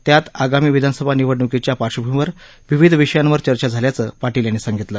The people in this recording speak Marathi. त्यात आगामी विधानसभा निवडण्कीच्या पार्श्वभूमीवर विविध विषयांवर चर्चा झाल्याचं पाटील यांनी सांगितलं